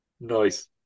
Nice